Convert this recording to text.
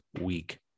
week